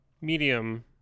medium